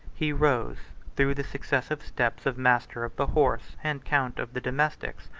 he rose, through the successive steps of master of the horse, and count of the domestics,